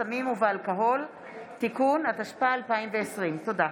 בסמים ובאלכוהול (תיקון), התשפ"א 2020. תודה.